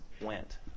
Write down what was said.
went